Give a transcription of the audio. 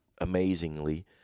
amazingly